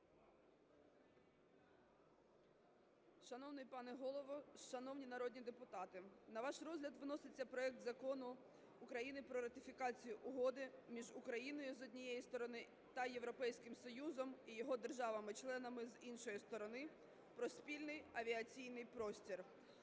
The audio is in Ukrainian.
Шановний пане Голово, шановні народні депутати! На ваш розгляд вноситься проект Закону України про ратифікацію Угоди між Україною, з однієї сторони, та Європейським Союзом і його державами-членами, з іншої сторони, про спільний авіаційний простір.